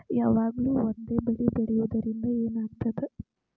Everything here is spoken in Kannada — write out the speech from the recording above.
ಯಾವಾಗ್ಲೂ ಒಂದೇ ಬೆಳಿ ಬೆಳೆಯುವುದರಿಂದ ಏನ್ ಆಗ್ತದ?